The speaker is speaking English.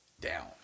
down